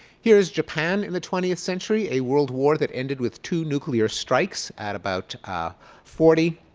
here is japan in the twentieth century a world war that ended with two nuclear strikes at about ah forty.